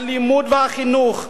הלימוד והחינוך,